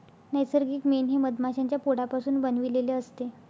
नैसर्गिक मेण हे मधमाश्यांच्या पोळापासून बनविलेले असते